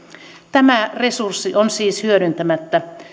tämä resurssi on siis hyödyntämättä